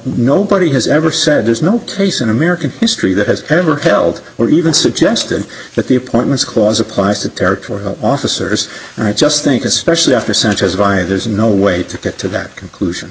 nobody has ever said there's no place in american history that has ever held or even suggested that the appointments clause applies to territory officers and i just think especially after sanchez via there's no way to get to that conclusion